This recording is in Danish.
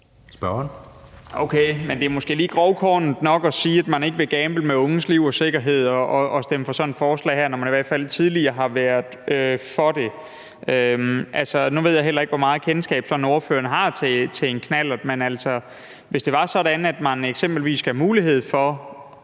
det er måske lige grovkornet nok at sige, at man ikke vil gamble med unges liv og sikkerhed og stemme for sådan et forslag her, når man i hvert fald tidligere har været for det. Altså, nu ved jeg heller ikke, hvor meget kendskab ordføreren har til en knallert, men hvis det var sådan, at man eksempelvis gav unge mulighed for